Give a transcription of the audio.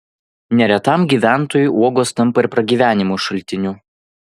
neretam gyventojui uogos tampa ir pragyvenimo šaltiniu